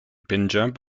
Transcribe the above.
pendjab